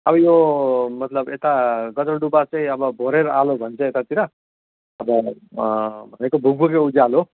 अब यो मतलब यता गजलडुब्बा चाहिँ अब भोरेर आलो भन्छ यतातिर अब भनेको भुकभुके उज्यालो